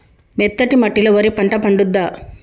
మెత్తటి మట్టిలో వరి పంట పండుద్దా?